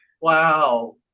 Wow